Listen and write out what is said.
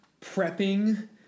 prepping